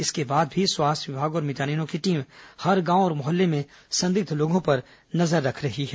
इसके बाद भी स्वास्थ्य विभाग और मितानिनों की टीम हर गांव और मोहल्ले में संदिग्ध लोगों पर नजर रख रही है